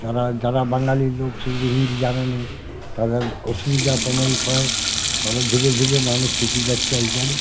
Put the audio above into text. যারা যারা বাঙালি লোক সেরকম হিন্দি জানা নেই তাদের অসুবিধা সাময়িক হয় তবে ধীরে ধীরে মানুষ শিখে যাচ্ছে এই সব